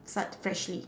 start freshly